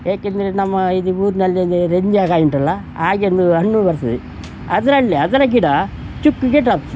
ಏಕೆಂದರೆ ನಮ್ಮ ಇದು ಊರಿನಲ್ಲಿ ಒಂದು ರಂಜ್ಲಕಾಯಿ ಉಂಟಲ್ಲ ಹಾಗ್ ಒಂದು ಹಣ್ಣು ಬರ್ತದೆ ಅದರಲ್ಲೆ ಅದರ ಗಿಡ ಚಿಕ್ಕುಗೆ ಡ್ರಾಫ್ಟ್ಸು